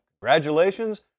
congratulations